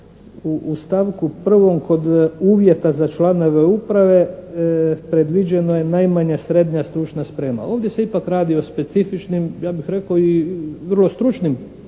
U stavku 1. kod uvjeta za članove uprave predviđeno je najmanje srednja stručna sprema. Ovdje se ipak radi o specifičnim, ja bih rekao i vrlo stručnim poslovima